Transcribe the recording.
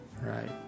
Right